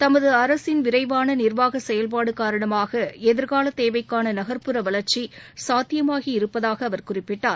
தமது அரசின் விரைவான நிர்வாக செயல்பாடு காரணமாக எதிர்கால தேவைக்கான நகர்புற வளர்ச்சியை சாத்தியமாகி இருப்பதாக அவர் குறிப்பிட்டார்